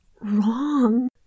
wrong